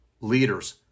Leaders